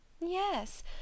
Yes